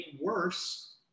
worse